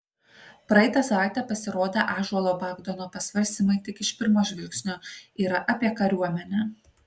praeitą savaitę pasirodę ąžuolo bagdono pasvarstymai tik iš pirmo žvilgsnio yra apie kariuomenę